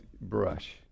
brush